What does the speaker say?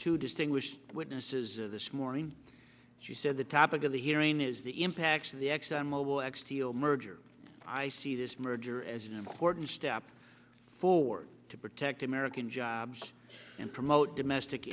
two distinguished witnesses of this morning she said the topic of the hearing is the impacts of the exxon mobile x t o merger i see this merger as an important step forward to protect american jobs and promote domestic